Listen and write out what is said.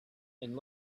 and